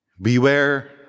beware